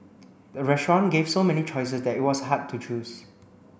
the restaurant gave so many choices that it was hard to choose